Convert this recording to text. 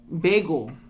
bagel